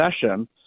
session